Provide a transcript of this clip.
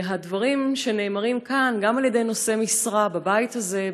הדברים נאמרים גם כאן על ידי נושאי משרה בבית הזה,